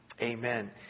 Amen